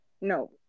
No